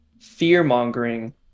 fear-mongering